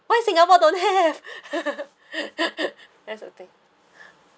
why singapore don't have that's the thing